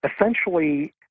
essentially